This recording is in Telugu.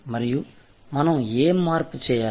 మరియు మనం ఏ మార్పు చేయాలి